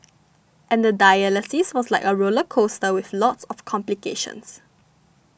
and the dialysis was like a roller coaster with lots of complications